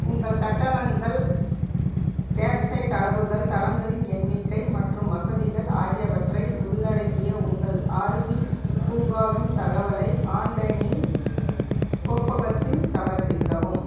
உங்கள் கட்டணங்கள் campsite அளவுகள் தளங்களின் எண்ணிக்கை மற்றும் வசதிகள் ஆகியவற்றை உள்ளடக்கிய உங்கள் ஆர்வி பூங்காவின் தகவலை ஆன்லைனில் கோப்பகத்தில் சமர்ப்பிக்கவும்